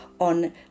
on